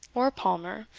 or palmer,